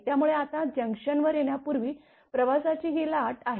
त्यामुळे आता जंक्शनवर येण्यापूर्वी प्रवासाची ही लाट आहे